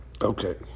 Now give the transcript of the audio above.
Okay